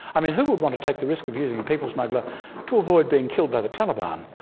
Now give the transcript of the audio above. i mean who would want to take the risk of using a people smuggler to avoid being killed by the taliban?